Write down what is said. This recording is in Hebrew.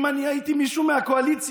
אם אני הייתי מישהו מהקואליציה,